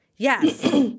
Yes